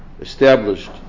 established